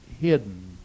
hidden